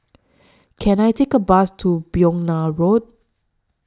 Can I Take A Bus to Begonia Road